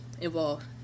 involved